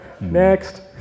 Next